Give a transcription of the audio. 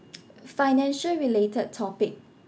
financial related topic